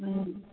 ہوں